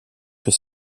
que